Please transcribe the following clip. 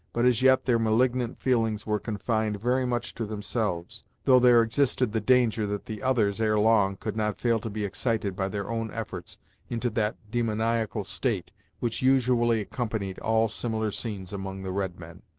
but as yet their malignant feelings were confined very much to themselves, though there existed the danger that the others, ere long, could not fail to be excited by their own efforts into that demoniacal state which usually accompanied all similar scenes among the red men.